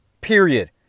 Period